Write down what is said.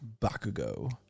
Bakugo